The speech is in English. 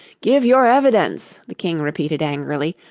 give your evidence the king repeated angrily,